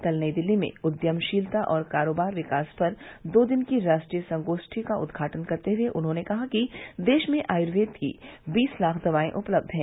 कल नई दिल्ली में उद्यमशीलता और कारोबार विकास पर दो दिन की राष्ट्रीय संगोष्ठी का उदघाटन करते हुए उन्होंने कहा कि देश में आयुर्वेद की बीस लाख दवाये उपलब्ध है